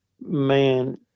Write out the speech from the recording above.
man